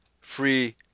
free